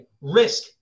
risk